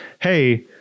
hey